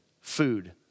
food